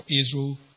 Israel